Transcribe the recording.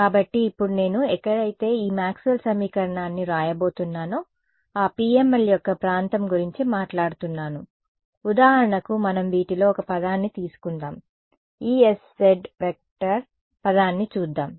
కాబట్టి ఇప్పుడు నేను ఎక్కడైతే ఈ మాక్స్వెల్ సమీకరణాన్ని వ్రాయబోతున్నానో ఆ PML యొక్క ప్రాంతం గురించి మాట్లాడుతున్నాను ఉదాహరణకు మనం వీటిలో ఒక పదాన్ని తీసుకుందాం Esz పదాన్ని చూద్దాం